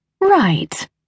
right